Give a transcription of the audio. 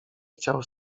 chciał